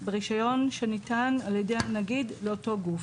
ברישיון שניתן על ידי הנגיד לאותו גוף.